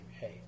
Hey